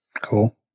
Cool